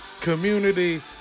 community